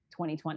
2020